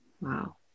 Wow